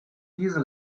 diese